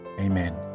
Amen